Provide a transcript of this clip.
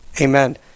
Amen